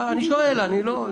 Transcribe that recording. אני שואל.